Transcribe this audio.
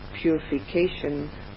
purification